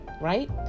right